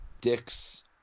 Dick's